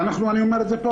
אני אומר פה,